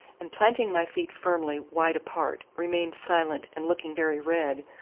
and planting my feet firmly wide apart, remained silent and looking very red,